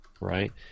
right